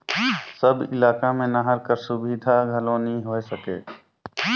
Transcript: सब इलाका मे नहर कर सुबिधा घलो नी होए सके